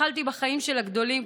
התחלתי בחיים של הגדולים,